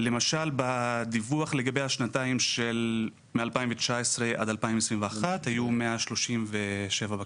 למשל בדיווח לגבי השנתיים מ-2019 עד 2021 היו 137 בקשות.